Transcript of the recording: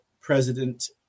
President